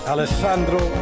Alessandro